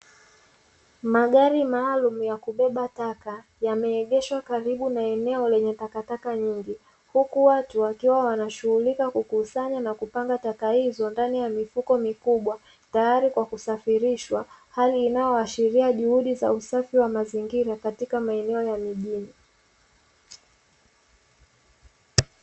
Magari maalumu ya kubeba taka, yameegeshwa karibu na eneo lenye takataka nyingi, huku watu wakiwa wanashughulika kukusanya na kupanga taka hizo ndani ya mifuko mikubwa, tayari kwa kusafirishwa. Hali inayoashiria juhudi za usafi wa mazingira katika maeneo ya mjini.